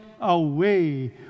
away